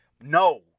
no